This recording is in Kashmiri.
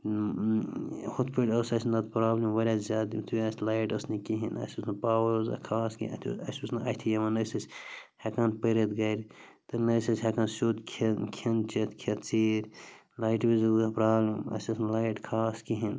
ہُتھ پٲٹھۍ ٲس اَسہِ نَتہٕ پرٛابلِم واریاہ زیادٕ یُتھُے اَسہِ لایِٹ ٲسۍ نہٕ کِہیٖنۍ اَسہِ اوس نہٕ پاوَر روزان خاص کِہیٖنۍ اَتھِ اوس اَسہِ اوس نہٕ اَتھِ یِوان ٲسۍ أسۍ ہٮ۪کان پٔرِتھ گَرِ تہٕ نہ ٲسۍ أسۍ ہٮ۪کان سیوٚد کھٮ۪ن کھٮ۪ن چٮ۪تھ کھےٚ ژیٖرۍ لایِٹہِ وِزِ ٲس گژھان پرٛابلِم اَسہِ ٲس نہٕ لایِٹ خاص کِہیٖنۍ